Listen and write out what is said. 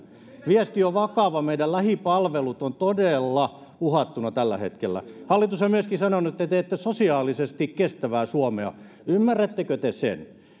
viesti on vakava meidän lähipalvelut ovat todella uhattuina tällä hetkellä hallitus on myöskin sanonut että te teette sosiaalisesti kestävää suomea ymmärrättekö te sen